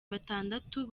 batandatu